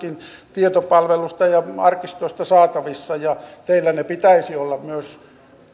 tietopalvelustakin ja arkistosta saatavissa teillä niiden pitäisi olla myös